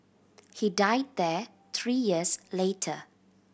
he died there three years later